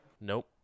Nope